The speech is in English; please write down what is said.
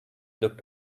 looked